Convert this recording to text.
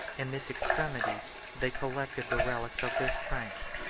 in this extremity they collected the relics of their strength,